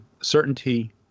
certainty